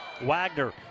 Wagner